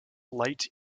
light